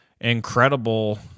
incredible